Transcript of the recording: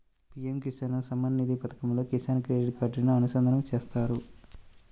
PM Kisan Samman Nidhi పథకంతో Kisan credit కార్డుని అనుసంధానం చేత్తారు